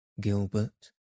Gilbert